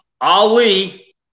Ali